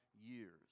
years